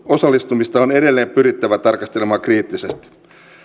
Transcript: osallistumista on edelleen pyrittävä tarkastelemaan kriittisesti